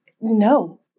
no